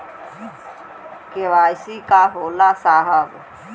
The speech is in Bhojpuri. के.वाइ.सी का होला साहब?